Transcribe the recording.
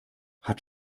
hat